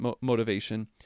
motivation